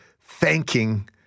thanking